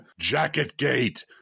Jacketgate